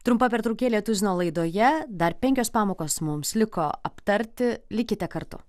trumpa pertraukėlė tuzino laidoje dar penkios pamokos mums liko aptarti likite kartu